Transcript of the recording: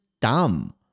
dumb